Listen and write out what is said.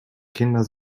kinder